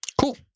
Cool